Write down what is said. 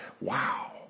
Wow